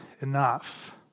enough